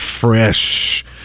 fresh